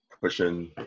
pushing